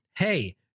hey